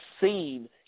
seen